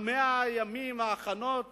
ההכנות